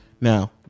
Now